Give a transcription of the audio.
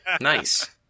nice